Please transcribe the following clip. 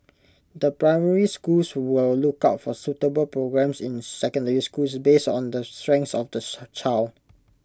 the primary schools will look out for suitable programmes in secondary schools based on the strengths of the child